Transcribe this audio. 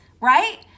right